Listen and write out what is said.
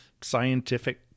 scientific